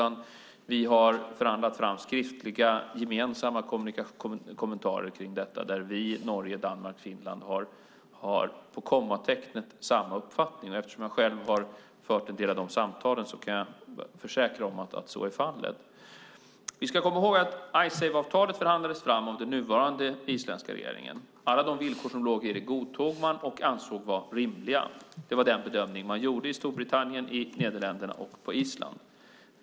Vi har förhandlat fram gemensamma skriftliga kommentarer där Sverige, Norge, Danmark och Finland har på kommatecknet samma uppfattning. Eftersom jag själv har fört en del av de samtalen kan jag försäkra om att så är fallet. Vi ska komma ihåg att Icesave-avtalet förhandlades fram av den nuvarande isländska regeringen. Alla de villkor som låg i det godtog man och ansåg vara rimliga. Det var den bedömning man gjorde i Storbritannien, i Nederländerna och på Island.